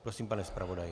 Prosím, pane zpravodaji.